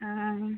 ആ ആ ആ